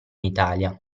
italia